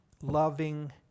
loving